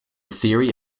theory